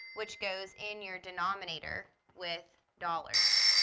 which goes in your denominator with dollars.